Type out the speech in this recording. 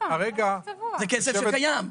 זה כסף שקיים.